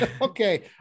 okay